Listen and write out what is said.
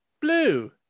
blue